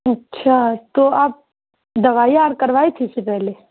اچھا تو آپ دوائی اور کروائی تھی اس سے پہلے